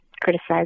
criticize